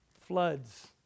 floods